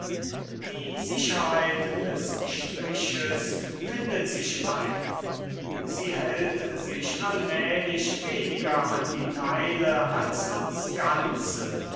die sicherheit des striches findet sich ein sie hält sich allmählich weniger an die teile als ans ganze